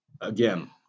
again